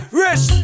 rich